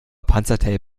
panzertape